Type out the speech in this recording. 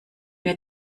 mir